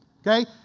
Okay